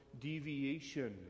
deviation